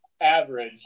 average